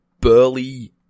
burly